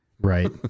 Right